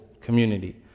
community